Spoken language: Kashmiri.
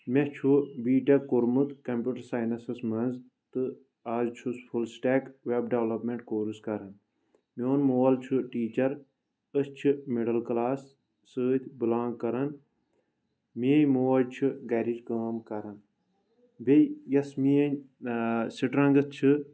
مےٚ چھُ بی ٹیک کوٚرمُت کمپوٹر ساینسس منٛز تہٕ آز چھُس full stack web development course کران میون مول چھُ ٹیٖچر أسۍ چھِ مِڈل کلاس سۭتۍ بلانگ کرن میٲنۍ موج چھ گرِچ کٲم کران بییہِ یۄس میٲنۍ سٹرنگتھ چھِ